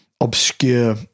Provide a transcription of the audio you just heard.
obscure